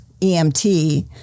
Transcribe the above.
EMT